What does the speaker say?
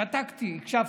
שתקתי, הקשבתי.